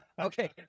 Okay